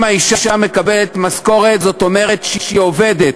אם האישה מקבלת משכורת, זאת אומרת שהיא עובדת,